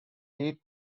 lead